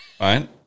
right